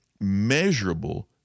measurable